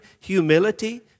humility